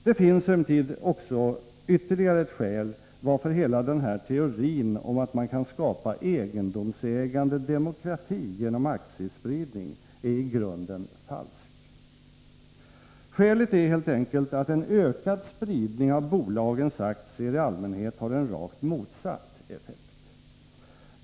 Det finns emellertid ytterligare ett skäl, varför hela teorin om att man kan skapa egendomsägande demokrati genom aktiespridning är i grunden falsk. Skälet är helt enkelt att en ökad spridning av bolagens aktier i allmänhet har en rakt motsatt effekt.